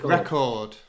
Record